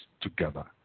together